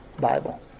Bible